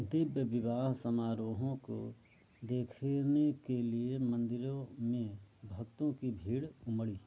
दिव्य विवाह समारोहों को देखने के लिए मंदिरो में भक्तों की भीड़ उमड़ी